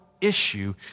issue